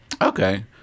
okay